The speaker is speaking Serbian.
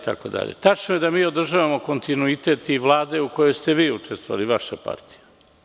Tačno je da mi održavamo kontinuitet Vlade u kojoj ste vi učestvovali, vaša partija.